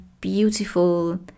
beautiful